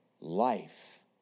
life